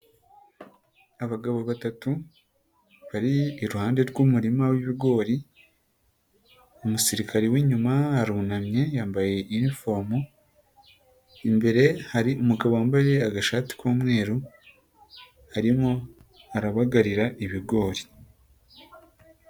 Abagabo batatu bari iruhande rw'umurima w'ibigori, umusirikare w'inyuma arunamye yambaye inifomu, imbere hari umugabo wambaye agashati k'umweru arimo arabagarira ibigori.